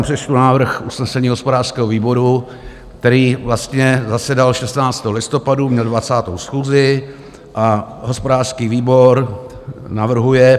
Přečtu vám návrh usnesení hospodářského výboru, který zasedal 16. listopadu, měl 20. schůzi: Hospodářský výbor navrhuje